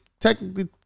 technically